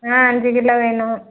ஆ அஞ்சு கிலோ வேணும்